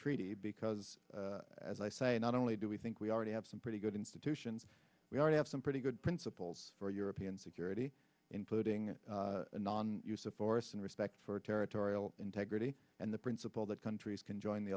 treaty because as i say not only do we think we already have some pretty good institutions we already have some pretty good principles for european security including non use of force and respect for territorial integrity and the principle that countries can join the